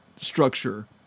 structure